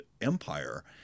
empire